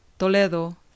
Toledo